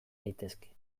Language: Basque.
daitezke